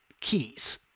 keys